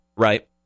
Right